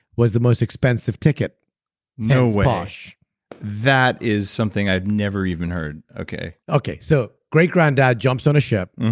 was the most expensive ticket no way that's posh that is something i've never even heard. okay okay, so great grandad jumps on a ship,